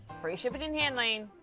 free shipping and handling,